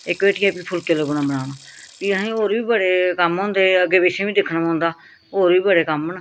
इक भेठियै फुलके लग्गी पौना बनान फ्ही अहें होर बी बड़े कम्म होंदे अग्गें पिच्छें दिक्खना पौंदा होर बी बड़े कम्म न